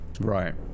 right